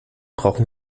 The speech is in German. brauchen